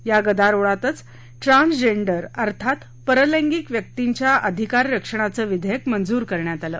या गदारोळातच ट्रान्सजेंडर् अर्थात परलैंगिक व्यक्तिंच्या अधिकार रक्षणाचं विधेयक मंजूर करण्यात आलं